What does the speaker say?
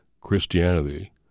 Christianity